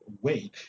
weight